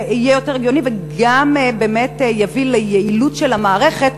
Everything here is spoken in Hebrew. זה יהיה יותר הגיוני וגם יביא ליעילות של המערכת,